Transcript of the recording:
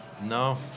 No